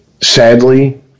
sadly